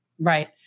Right